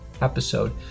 episode